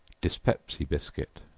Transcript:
dyspepsy biscuit.